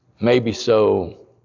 maybe-so